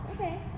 Okay